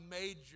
major